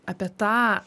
apie tą